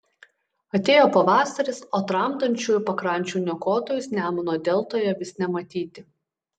atėjo pavasaris o tramdančiųjų pakrančių niokotojus nemuno deltoje vis nematyti